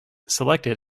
selected